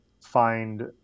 find